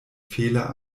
fehler